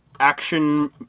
action